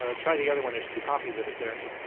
ah try the other one. there are two copies of it there.